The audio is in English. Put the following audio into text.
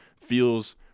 feels